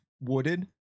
wooded